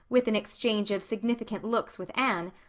with an exchange of significant looks with anne,